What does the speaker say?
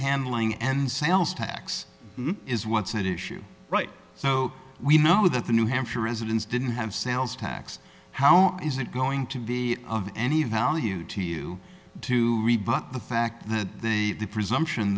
handling and sales tax is what's at issue right so we know that the new hampshire residents didn't have sales tax how is it going to be of any value to you to rebut the fact that they the presumption